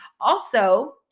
Also-